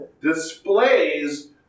displays